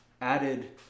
added